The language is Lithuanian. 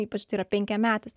ypač tai yra penkiametis